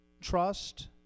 trust